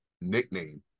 nickname